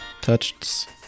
touched